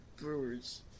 Brewers